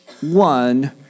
one